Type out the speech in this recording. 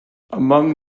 among